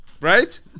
right